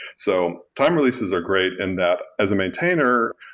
so time releases are great and that as a maintainer,